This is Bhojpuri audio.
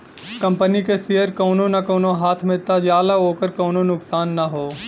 कंपनी के सेअर कउनो न कउनो हाथ मे त जाला ओकर कउनो नुकसान ना हौ